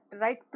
right